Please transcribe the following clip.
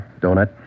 donut